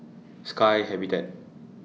Sky Habitat